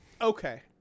Okay